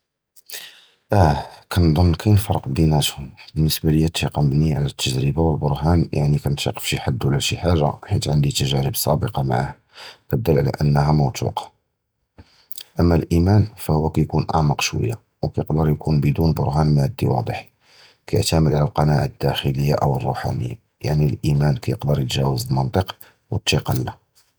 אַה, כְּנְצַנּ קַיִן פַרַק בֵּינְהוּם, בְּנְסְבַּא לִיָא הַתִּקָּה מְבֻנִיָּה עַל הַתַּגְּרִיבָה וְהַבֻּרְהָאן, יַעְנִי כִּנְתַאִק בְּשִי וַחְד וְלָא בְּשִי חַאצּ' עַלַּאש עַנְדִי תַּגְּרִיבוֹת סַבְּקָה עִמּוּ, כִּתְדַל עַל אִנָּהּ מְמוּתוּקָּה, וְאִמָּא הָאִימָּאן כִּיּוּן אַעְמַק שְׁוַיָּה, וְכִיַּקְדַּר יִקוּן בְּלַא בֻּרְהָאן מֻדִיָּה וָדָח, כִּיַּעְתַמֵּד עַל הַקְּנַעַה הַפְנִימִיָּה וְאוֹ הַרוּחָנִיָּה, יַעְנִי הָאִימָּאן כִּיַּקְדַּר יַעְבְּרוּ אֶת הַלּוֹגִיקָה, וְהַתִּקָּה לֹא.